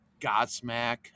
Godsmack